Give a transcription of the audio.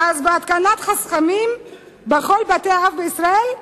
אז בהתקנת חסכמים בכל בתי-האב בישראל?